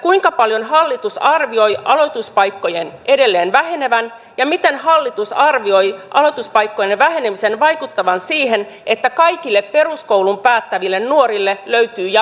kuinka paljon hallitus arvioi aloituspaikkojen edelleen vähenevän ja miten hallitus arvioi aloituspaikkojen vähenemisen vaikuttavan siihen että kaikille peruskoulun päättäville nuorille löytyy jatkokoulutuspaikka